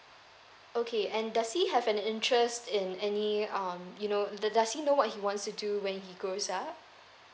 okay and does he have an interest in any um you know the does he know what he wants to do when he grows up